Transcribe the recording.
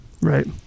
Right